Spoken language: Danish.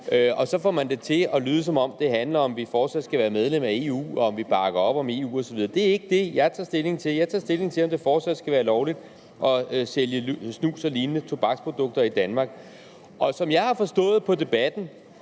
Og så får man det til at lyde, som om det handler om, om vi fortsat skal være medlem af EU, om vi bakker op om EU osv. Det er ikke det, jeg tager stilling til. Jeg tager stilling til, om det fortsat skal være lovligt at sælge snus og lignende tobaksprodukter i Danmark. Som jeg har forstået på debatten,